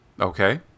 Okay